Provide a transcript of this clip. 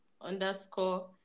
underscore